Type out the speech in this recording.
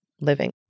living